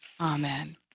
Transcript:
Amen